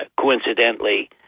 coincidentally